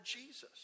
Jesus